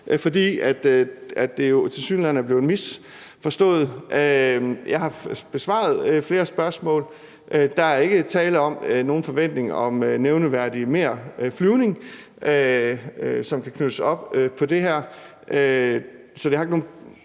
fordi det jo tilsyneladende er blevet misforstået. Jeg har besvaret flere spørgsmål. Der er ikke tale om nogen forventning om nævneværdig mere flyvning, som kan knyttes op på det her. Så det har ikke nogen